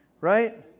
Right